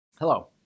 Hello